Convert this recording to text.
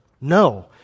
No